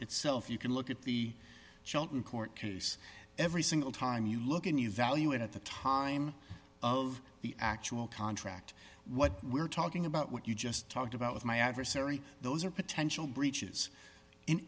itself you can look at the shelton court case every single time you look at news value and at the time of the actual contract what we're talking about what you just talked about with my adversary those are potential breaches in